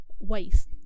Waste